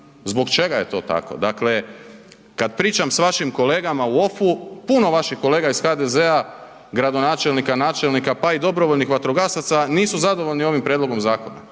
zbog čega je to tako. Dakle, kad pričam s vašim kolegama u ofu, puno vaših kolega iz HDZ-a, gradonačelnika, načelnika, pa i dobrovoljnih vatrogasaca nisu zadovoljni ovim prijedlogom zakona,